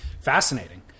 Fascinating